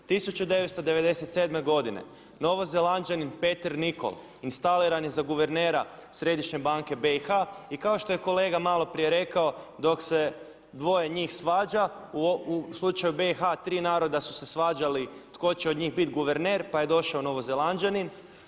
1997. godine Novozelanđanin Peter Nicol instaliran je za guvernera Središnje banke BiH i kao što je kolega maloprije rekao dok se dvoje njih svađa u slučaju BiH tri naroda su se svađali tko će od njih biti guverner pa je došao Novozelanđanin.